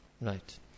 Right